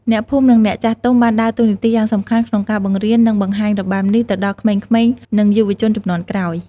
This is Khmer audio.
អ្នកភូមិ និងអ្នកចាស់ទុំបានដើរតួនាទីយ៉ាងសំខាន់ក្នុងការបង្រៀន និងបង្ហាញរបាំនេះទៅដល់ក្មេងៗ និងយុវជនជំនាន់ក្រោយ។